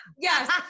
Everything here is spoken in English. Yes